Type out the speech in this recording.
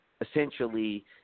essentially